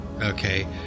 okay